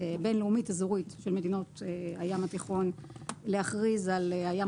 בין-לאומית אזורית של מדינות הים התיכון להכריז על הים